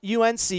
UNC